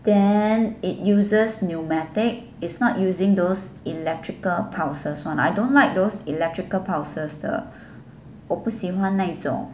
then it uses pneumatic is not using those electrical pulses [one] I don't like those electrical pulses 的我不喜欢那一种